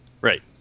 Right